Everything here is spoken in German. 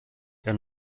der